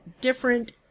different